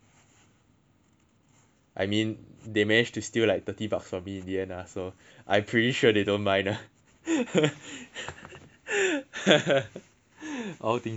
I mean they managed to save like thirty bucks from me in the end ah so I pretty sure they don't mind ha all things considered